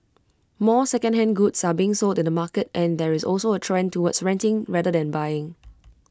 more secondhand goods are being sold in the market and there is also A trend towards renting rather than buying